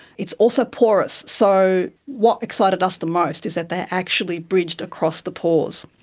it's also porous, so what excited us the most is that they actually bridged across the pores.